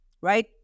Right